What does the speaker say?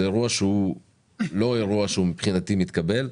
זה אירוע שהוא לא אירוע שהוא מבחינתי מתקבל,